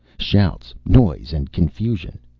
shouts, noise and confusion.